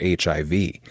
HIV